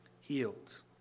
healed